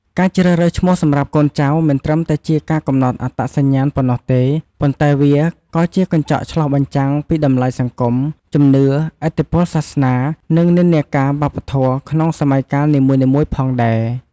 ការជ្រើសរើសឈ្មោះសម្រាប់កូនចៅ មិនត្រឹមតែជាការកំណត់អត្តសញ្ញាណប៉ុណ្ណោះទេ ប៉ុន្តែវាក៏ជាកញ្ចក់ឆ្លុះបញ្ចាំងពីតម្លៃសង្គម ជំនឿ ឥទ្ធិពលសាសនា និងនិន្នាការវប្បធម៌ក្នុងសម័យកាលនីមួយៗផងដែរ។